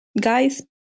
guys